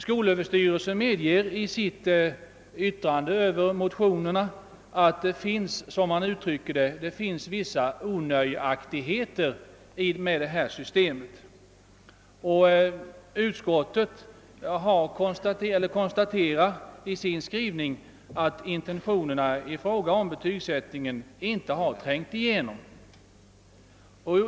Skolöverstyrelsen medger i sitt yttrande över motionerna att, såsom man uttrycker det, vissa onöjaktigheter med betygssystemets sätt att fungera kan iakttas. Utskottet konstaterar i sin skrivning att intentionerna i fråga om betygsättningen inte har trängt igenom.